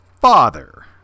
father